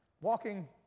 walking